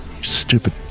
stupid